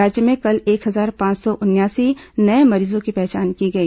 राज्य में कल एक हजार पांच सौ उनयासी नये मरीजों की पहचान की गई